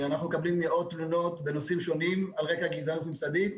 אנחנו מקבלים מאות תלונות בנושאים שונים על רקע גזענות מוסדית,